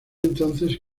entonces